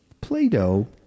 Play-Doh